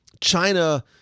China